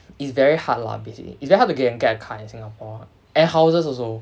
it's very hard lah basically it's very hard to get a car in singapore and houses also